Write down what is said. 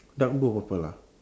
dark blue or purple ah